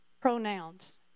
pronouns